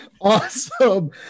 Awesome